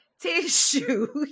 tissue